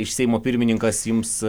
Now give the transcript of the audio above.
iš seimo pirmininkas jums